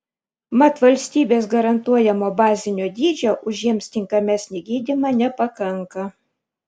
mat valstybės garantuojamo bazinio dydžio už jiems tinkamesnį gydymą nepakanka